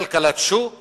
כלכלת שוק